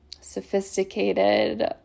sophisticated